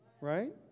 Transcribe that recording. right